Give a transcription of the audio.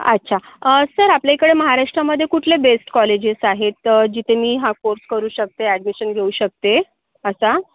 अच्छा सर आपल्याइकडे महाराष्ट्रामधे कुठले बेस्ट कॉलेजेस आहेत जिथे मी हा कोर्स करू शकते ॲडमिशन घेऊ शकते आता